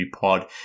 pod